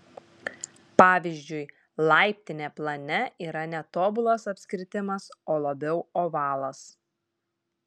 pavyzdžiui laiptinė plane yra ne tobulas apskritimas o labiau ovalas